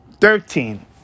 thirteen